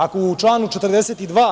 Ako u članu 42.